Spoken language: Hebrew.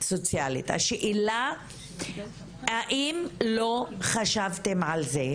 השאלה האם לא חשבתם על זה,